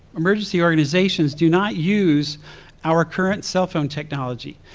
emergency organizations do not use our current cellphone technology.